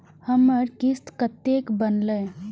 हमर किस्त कतैक बनले?